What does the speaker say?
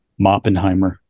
Moppenheimer